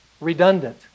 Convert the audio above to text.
redundant